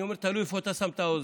אני אומר: תלוי איפה אתה שם את האוזן.